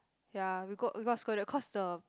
ya we got we got scolded cause the